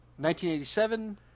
1987